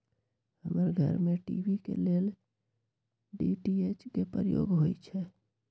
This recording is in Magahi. हमर घर में टी.वी के लेल डी.टी.एच के प्रयोग होइ छै